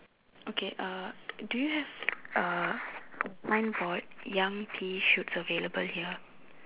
okay uh do you have uh one for young pea shoots available here